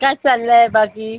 काय चाललं आहे बाकी